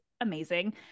amazing